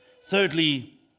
Thirdly